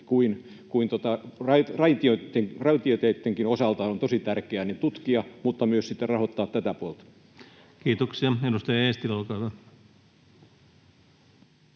kuin raitioteittenkin osalta — mutta myös rahoittaa tätä puolta. Kiitoksia. — Edustaja Eestilä, olkaa hyvä.